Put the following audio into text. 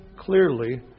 clearly